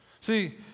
See